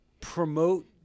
promote